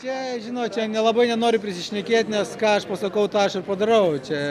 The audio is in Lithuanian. čia žinot čia nelabai nenoriu prisišnekėt nes ką aš pasakau tą aš ir padarau čia